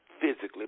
physically